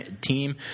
team